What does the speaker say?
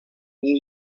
new